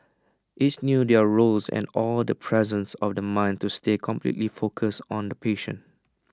each knew their roles and all the presence of the mind to stay completely focused on the patient